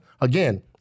Again